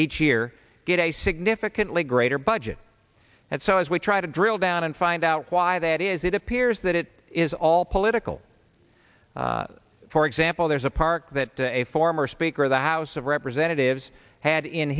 each year get a significantly greater budget and so as we try to drill down and find out why that is it appears that it is all political for example there's a park that a former speaker of the house of representatives had in